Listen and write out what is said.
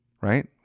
right